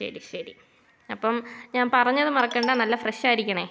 ശരി ശരി അപ്പം ഞാൻ പറഞ്ഞത് മറക്കണ്ട നല്ല ഫ്രഷ് ആയിരിക്കണം